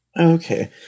Okay